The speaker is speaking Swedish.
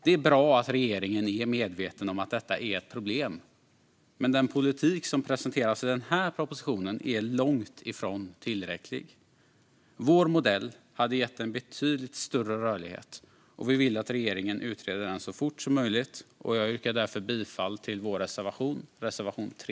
Det är bra att regeringen är medveten om att detta är ett problem, men den politik som presenteras i den här propositionen är långt ifrån tillräcklig. Vår modell hade gett en betydligt större rörlighet, och vi vill att regeringen utreder den så fort som möjligt. Jag yrkar därför bifall till vår reservation, reservation 3.